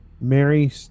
Mary